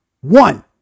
one